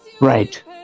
Right